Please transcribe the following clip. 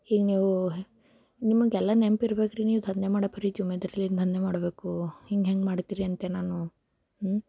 ಈಗ ನೀವು ನಿಮಗೆಲ್ಲ ನೆನಪಿರ್ಬೇಕ್ರಿ ನೀವು ಧಂದೆ ಮಾಡೊ ಪರಿ ಜಿಮ್ಮೆದಾರಿಯಿಂದ ಧಂದೆ ಮಾಡಬೇಕು ಹಿಂಗೆ ಹೆಂಗೆ ಮಾಡ್ತೀರಿ ಅಂತೆ ನಾನು ಹ್ಞೂಂ